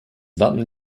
wappen